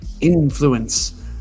influence